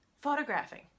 photographing